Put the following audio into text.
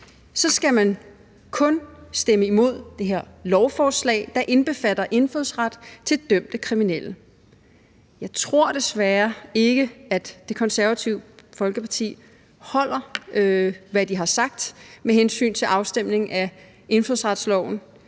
så skal man kun stemme imod det her lovforslag, der indbefatter indfødsret til dømte kriminelle. Jeg tror desværre ikke, at Det Konservative Folkeparti holder, hvad de har sagt, med hensyn til afstemningen om indfødsretsloven,